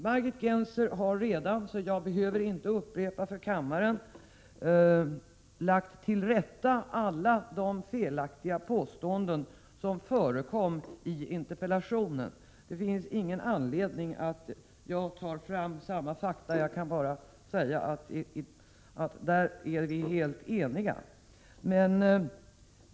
Margit Gennser har redan lagt till rätta alla de felaktiga påståenden som förekom i interpellationen. Det finns därför ingen anledning att jag upprepar vad hon har sagt och tar fram samma fakta. Jag kan bara säga att på den punkten är vi helt eniga.